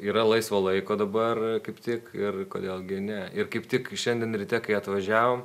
yra laisvo laiko dabar kaip tik ir kodėl gi ne ir kaip tik šiandien ryte kai atvažiavom